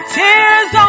tears